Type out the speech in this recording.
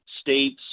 states